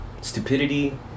stupidity